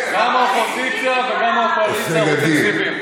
גם האופוזיציה וגם הקואליציה רוצים סיבים.